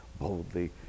boldly